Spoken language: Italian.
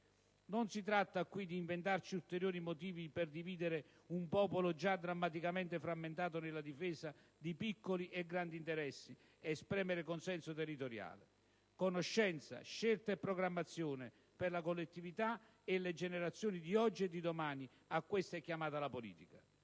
Non si tratta di inventarci ulteriori motivi per dividere un popolo già drammaticamente frammentato nella difesa di piccoli e grandi interessi, e spremere consenso territoriale. Conoscenza, scelta e programmazione per la collettività e le generazioni di oggi e di domani: a questo è chiamata la politica.